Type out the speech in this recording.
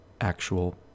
actual